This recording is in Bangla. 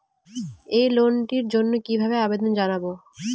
এই লোনটির জন্য কিভাবে আবেদন জানাবো?